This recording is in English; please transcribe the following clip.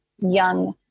young